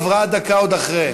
עברה דקה עוד אחרי.